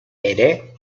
ere